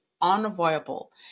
unavoidable